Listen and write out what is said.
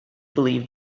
believed